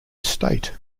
estate